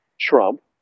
Trump